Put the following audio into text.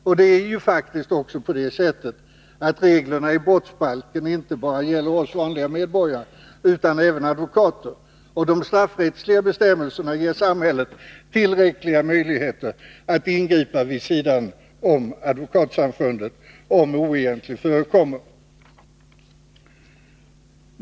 Reglerna i brottsbalken gäller faktiskt inte bara oss vanliga medborgare utan även advokater, och de straffrättsliga bestämmelserna ger samhället tillräckliga möjligheter att ingripa vid sidan om Advokatsamfundet, om oegentligheter förekommer.